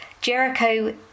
Jericho